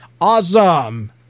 Awesome